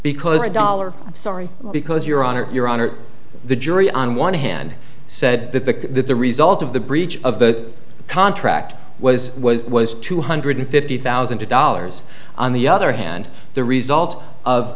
because a dollar i'm sorry because your honor your honor the jury on one hand said that the the result of the breach of the contract was was was two hundred fifty thousand dollars on the other hand the result of